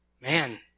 Man